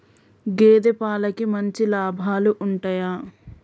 గేదే పాలకి మంచి లాభాలు ఉంటయా?